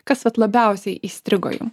kas vat labiausiai įstrigo jum